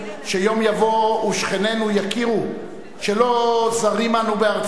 שיום יבוא ושכנינו יכירו שלא זרים אנו בארצנו,